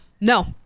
No